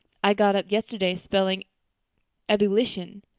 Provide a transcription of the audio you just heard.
i got up yesterday spelling ebullition.